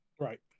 Right